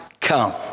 come